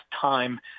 time